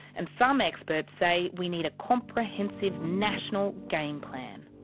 and some experts say we need a comprehensive national game plan.